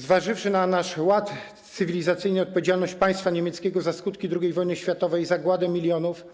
Zważywszy na nasz ład cywilizacyjny i odpowiedzialność państwa niemieckiego za skutki II wojny światowej i zagładę milionów,